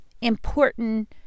important